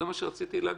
זה מה שרציתי להגיד,